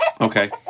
Okay